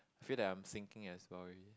feel that I'm sinking as well already